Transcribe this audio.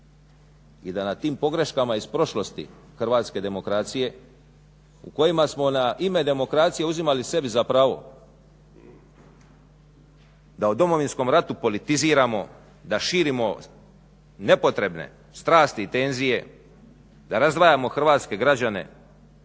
i da na tim pogreškama iz prošlosti hrvatske demokracije u kojima smo na ime demokracije uzimali sebi za pravo da o Domovinskom ratu politiziramo, da širimo nepotrebne strasti i tenzije, da razdvajamo hrvatske građane,